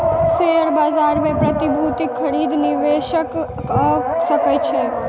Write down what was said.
share बाजार मे प्रतिभूतिक खरीद निवेशक कअ सकै छै